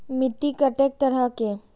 मिट्टी कतेक तरह के?